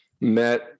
met